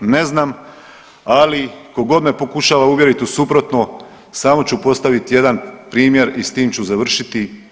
Ne znam, ali tko god me pokušava uvjeriti u suprotno samo ću postavit jedan primjer i s tim ću završiti.